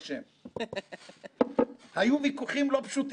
ואני מבקש כאן לומר תודה וסליחה לכולם,